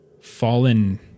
fallen